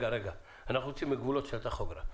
אנחנו יוצאים מהגבולות של הטכוגרף.